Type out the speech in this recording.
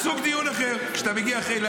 אתה מדבר ככה.